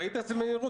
ראית איזה מהירות?